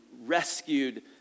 rescued